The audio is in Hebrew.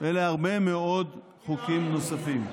ולהרבה מאוד חוקים נוספים.